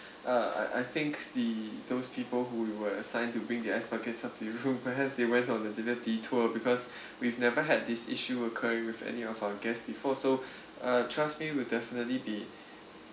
uh I I think the those people who you were assigned to bring the ice buckets up to your room perhaps they went on a little detour because we've never had this issue occurring with any of our guests before so uh trust me we'll definitely be